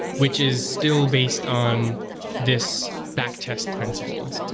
which is still based on this back test principle.